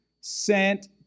sent